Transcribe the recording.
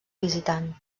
visitant